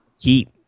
heat